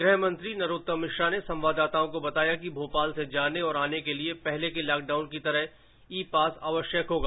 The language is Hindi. गृह मंत्री नरोत्तम मिश्रा ने संवाददाताओं को बताया कि भोपाल से जाने और आने के लिए पहले के लॉकडाउन की तरह ई पास आवश्यक होगा